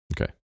Okay